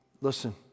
Listen